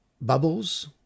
bubbles